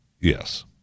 Yes